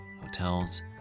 hotels